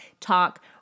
Talk